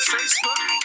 Facebook